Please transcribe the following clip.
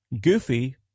goofy